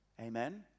Amen